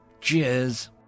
Cheers